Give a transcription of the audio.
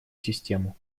систему